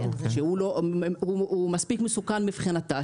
שהוא מספיק מסוכן מבחינתה,